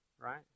right